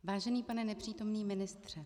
Vážený pane nepřítomný ministře.